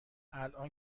الان